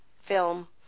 film